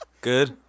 Good